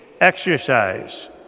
exercise